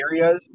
areas